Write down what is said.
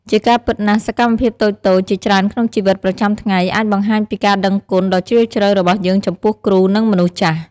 ជាការពិតណាស់ សកម្មភាពតូចៗ ជាច្រើនក្នុងជីវិតប្រចាំថ្ងៃអាចបង្ហាញពីការដឹងគុណដ៏ជ្រាលជ្រៅរបស់យើងចំពោះគ្រូ និងមនុស្សចាស់។